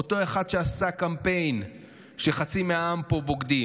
אותו אחד שעשה קמפיין שחצי מהעם פה בוגדים,